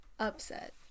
upset